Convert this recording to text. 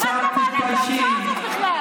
תתביישי קצת.